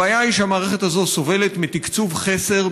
הבעיה היא שהמערכת הזאת סובלת מתקצוב חסר,